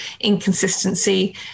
inconsistency